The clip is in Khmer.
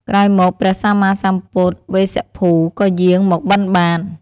ក្រោយមក ព្រះសម្មាសម្ពុទ្ធវេស្សភូ ក៏យាងមកបិណ្ឌបាត។